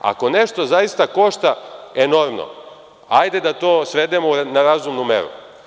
Ako nešto zaista košta enormno, ajde da to svedemo na razumnu meru.